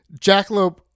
Jackalope